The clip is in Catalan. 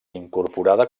incorporada